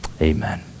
amen